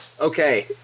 Okay